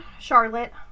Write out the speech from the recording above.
Charlotte